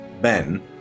Ben